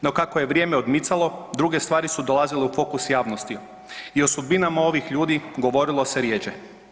No, kako je vrijeme odmicalo, druge stvari su dolazile u fokus javnosti i o sudbinama ovih ljudi govorilo se rjeđe.